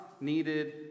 needed